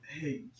Hey